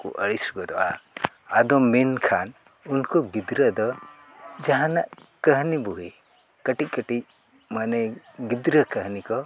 ᱠᱚ ᱟᱹᱲᱤᱥ ᱜᱚᱫᱚᱜᱼᱟ ᱟᱫᱚ ᱢᱮᱱᱠᱷᱟᱱ ᱩᱱᱠᱩ ᱜᱤᱫᱽᱨᱟᱹ ᱫᱚ ᱡᱟᱦᱟᱱᱟᱜ ᱠᱟᱹᱦᱱᱤ ᱵᱩᱦᱤ ᱠᱟᱹᱴᱤᱡ ᱠᱟᱹᱴᱤᱡ ᱢᱟᱱᱮ ᱜᱤᱫᱽᱨᱟᱹ ᱠᱟᱹᱦᱱᱤ ᱠᱚ